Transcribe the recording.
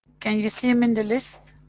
can you see him in the list.